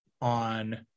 on